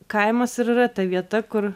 kaimas ir yra ta vieta kur